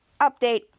Update